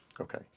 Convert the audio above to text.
Okay